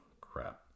crap